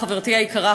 חברתי היקרה,